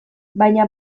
baina